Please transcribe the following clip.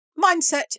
Mindset